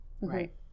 right